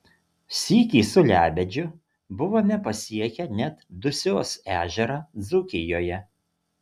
sykį su lebedžiu buvome pasiekę net dusios ežerą dzūkijoje